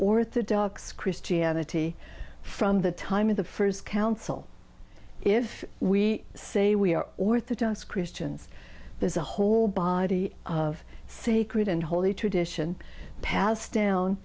orthodox christianity from the time of the first council if we say we are orthodox christians there's a whole body of sacred and holy tradition passed down